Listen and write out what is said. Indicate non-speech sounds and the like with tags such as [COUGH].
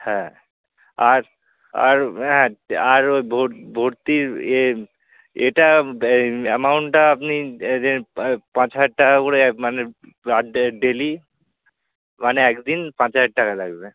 হ্যাঁ আর আর হ্যাঁ আর ওই ভর ভর্তির এ এটা এ অ্যামাউন্টটা আপনি [UNINTELLIGIBLE] পাঁচ হাজার টাকা করে মানে পার ডে ডেলি মানে এক দিন পাঁচ হাজার টাকা লাগবে